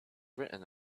written